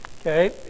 Okay